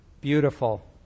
beautiful